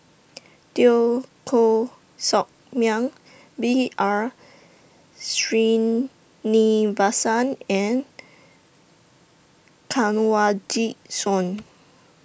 Teo Koh Sock Miang B R Sreenivasan and Kanwaljit Soin